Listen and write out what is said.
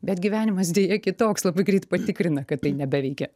bet gyvenimas deja kitoks labai greit patikrina kad tai nebeveikia